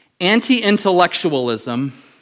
anti-intellectualism